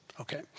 Okay